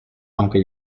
aunque